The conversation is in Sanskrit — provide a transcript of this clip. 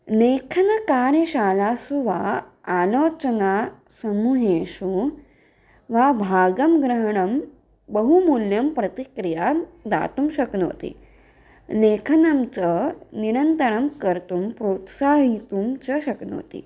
लेखनकार्यशालासु वा आलोचना समूहेषु वा भागं ग्रहणं बहु मूल्यं प्रतिक्रिया दातुं शक्नोति लेखनं च निरन्तरं कर्तुं प्रोत्साहीतुं च शक्नोति